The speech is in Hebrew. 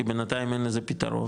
כי בינתיים אין לזה פתרון,